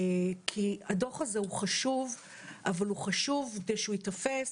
כי הדוח הזה הוא חשוב - אבל הוא חשוב כדי שהוא ייתפס